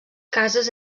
cases